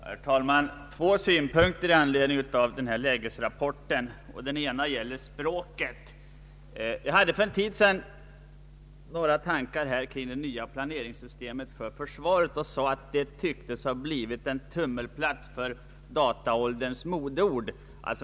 Herr talman! Jag vill beröra två aspekter i anledning av lägesrapporten. Den ena gäller språket. Jag utvecklade för en tid sedan några tankar kring det nya planeringssystemet för försvaret och sade då att det tycktes ha blivit en tummelplats för dataålderns modeord.